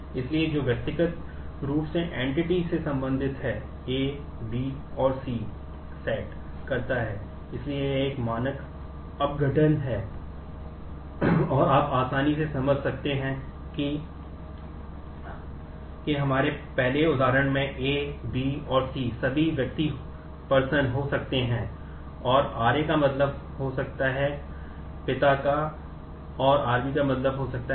इसलिए जो व्यक्तिगत रूप से एंटिटी हो सकते हैं और RA का मतलब हो सकता है पिता का और RB का मतलब हो सकता है मां